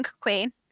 Queen